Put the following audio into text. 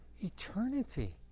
eternity